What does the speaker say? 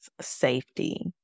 safety